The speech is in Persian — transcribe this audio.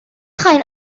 خواین